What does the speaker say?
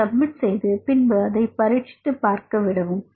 அதை சப்மிட் செய்து பின்பு அதைப் பரீட்சித்துப் பார்க்க விடவும்